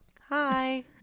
Hi